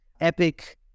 Epic